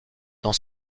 dans